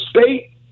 state